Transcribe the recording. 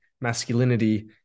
masculinity